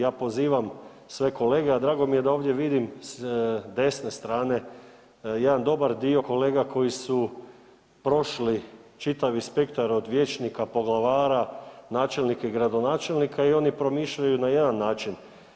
Ja pozivam sve kolege, a drago mi je da ovdje vidim s desne strane jedan dio kolega koji su prošli čitavi spektar od vijećnika, poglavara, načelnika i gradonačelnika i oni promišljaju na jedan način.